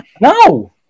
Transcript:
No